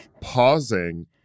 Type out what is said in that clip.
pausing